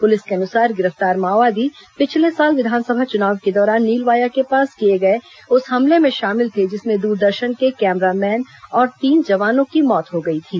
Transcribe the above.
police के अनुसार गिरफ्तार माओवादी पिछले साल विधानसभा चुनाव के दौरान नीलवाया के पास किए गए उस हमले में शामिल थे जिसमें द्रदर्शन के कैमरा मैन और तीन जवानों की मौत हो गई थी